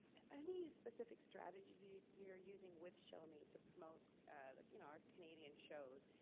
any specific strategies you you are using with shomi to promote like you know our canadian shows,